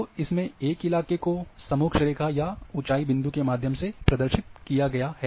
तो इसमें एक इलाके को समोच्च रेखा या ऊंचाई बिंदु के माध्यम से प्रदर्शित किया गया है